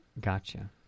Gotcha